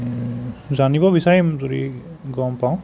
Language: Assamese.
জানিব বিচাৰিম যদি গম পাওঁ